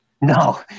No